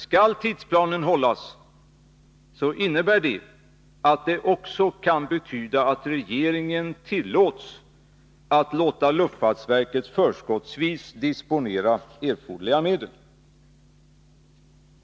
Skall tidsplanen hållas, innebär det att regeringen kan tillåtas bemyndiga luftfartsverket att förskottsvis disponera erforderliga medel.